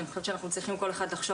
ואני חושבת שכל אחד מאיתנו צריך לחשוב